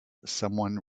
someone